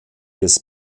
des